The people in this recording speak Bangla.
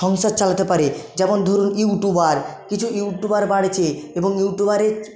সংসার চালাতে পারে যেমন ধরুন ইউটুবার কিছু ইউটুবার বাড়ছে এবং ইউটুবারের